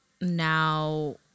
now